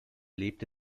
lebte